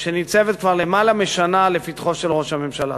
שניצבת כבר למעלה משנה לפתחו של ראש הממשלה.